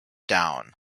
down